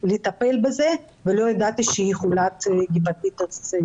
לטפל בזה ולא ידעתי שהיא חולת הפטיטיס.